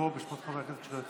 חברי הכנסת שלא הצביעו.